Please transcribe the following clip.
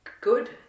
good